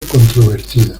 controvertida